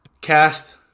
cast